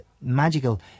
magical